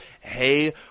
Hey